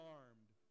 armed